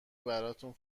براتون